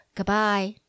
Goodbye